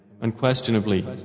Unquestionably